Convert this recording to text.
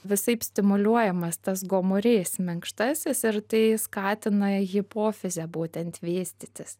visaip stimuliuojamas tas gomurys minkštasis ir tai skatina hipofizę būtent vystytis